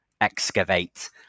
excavate